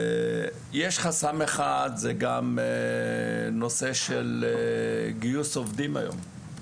יש חסם אחד בנושא של גיוס עובדים היום.